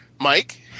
Mike